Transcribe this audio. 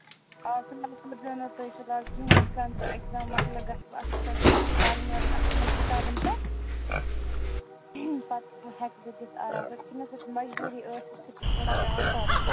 اَز چھُنہٕ مَگر تیُتھ زینان تحصیلدار کِہینٛۍ یِتھٕ کٔنۍ تۅہہِ ایٚکزام مۄکلہِ گژھٕ بہٕ اَصٕل پٲٹھۍ پَرٕنۍ وَرٕنۍ اَصٕل یِمن کِتابَن پیٚٹھ پَتہٕ ہیٚکہٕ بہٕ دِتھ آرام سان چھِنہٕ کیٚنہہ مجبوٗری ٲسۍ یِتھٕ پٲٹھۍ چھِ تھوڑا پیوان کَرُن